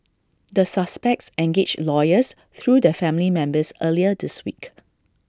the suspects engaged lawyers through their family members earlier this week